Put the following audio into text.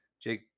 Jake